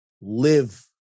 live